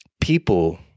people